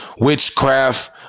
witchcraft